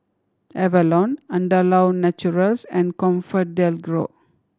Avalon Andalou Naturals and Comfort DelGro